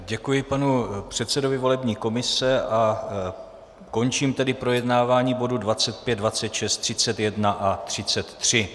Děkuji panu předsedovi volební komise a končím projednávání bodů 25, 26, 31 a 33.